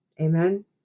Amen